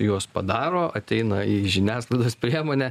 juos padaro ateina į žiniasklaidos priemonę